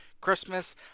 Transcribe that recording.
christmas